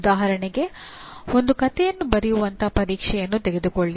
ಉದಾಹರಣೆಗೆ ಒಂದು ಕಥೆಯನ್ನು ಬರೆಯುವಂತಹ ಪರೀಕ್ಷೆನ್ನು ತೆಗೆದುಕೊಳ್ಳಿ